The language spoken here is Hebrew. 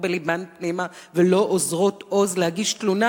בלבן פנימה ולא אוזרות עוז להגיש תלונה,